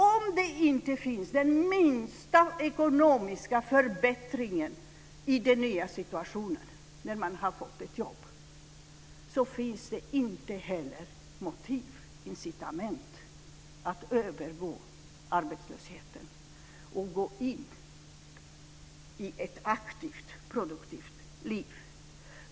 Om det inte finns den minsta ekonomiska förbättring i den nya situationen med ett jobb, finns det inte heller motiv, incitament, att överge arbetslösheten och gå in i ett aktivt produktivt liv.